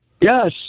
Yes